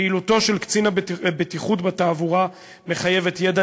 פעילותו של קצין בטיחות בתעבורה מחייבת ידע